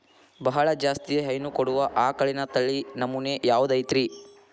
ಬಹಳ ಜಾಸ್ತಿ ಹೈನು ಕೊಡುವ ಆಕಳಿನ ತಳಿ ನಮೂನೆ ಯಾವ್ದ ಐತ್ರಿ?